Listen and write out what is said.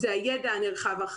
זה הידע הנרחב,